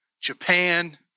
Japan